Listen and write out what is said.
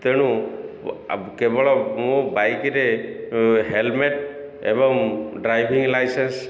ତେଣୁ କେବଳ ମୋ ବାଇକ୍ରେ ହେଲମେଟ୍ ଏବଂ ଡ୍ରାଇଭିଙ୍ଗ ଲାଇସେନ୍ସ